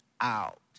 out